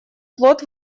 плод